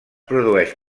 produeix